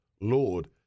Lord